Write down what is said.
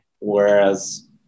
Whereas